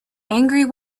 angry